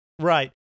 right